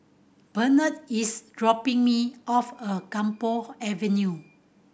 Bernard is dropping me off a Camphor Avenue